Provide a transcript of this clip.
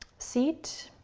seat,